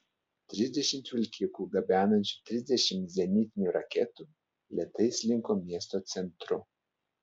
trisdešimt vilkikų gabenančių trisdešimt zenitinių raketų lėtai slinko miesto centru